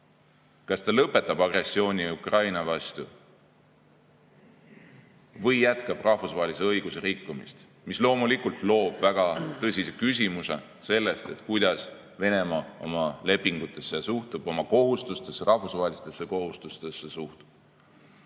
kas ta lõpetab agressiooni Ukraina vastu või jätkab rahvusvahelise õiguse rikkumist. See loomulikult tõstatab väga tõsise küsimuse sellest, kuidas Venemaa oma lepingutesse suhtub, oma rahvusvahelistesse kohustustesse suhtub. Siin